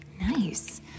Nice